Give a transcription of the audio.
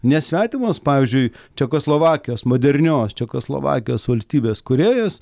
nesvetimos pavyzdžiui čekoslovakijos modernios čekoslovakijos valstybės kūrėjas